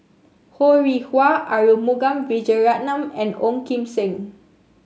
Ho Rih Hwa Arumugam Vijiaratnam and Ong Kim Seng